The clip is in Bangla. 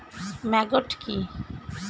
ম্যাগট কি?